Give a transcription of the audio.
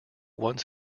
once